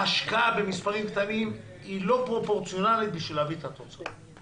ההשקעה במספרים קטנים לא פרופורציונלית בשביל להביא את התוצאות.